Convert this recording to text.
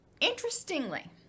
interestingly